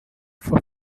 for